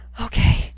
Okay